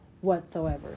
whatsoever